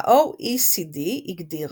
ה-OECD הגדיר